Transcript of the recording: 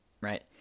right